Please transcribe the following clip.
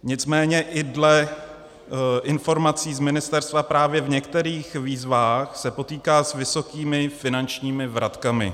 Nicméně i dle informací z ministerstva právě v některých výzvách se potýká s vysokými finančními vratkami.